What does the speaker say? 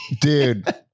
Dude